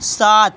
سات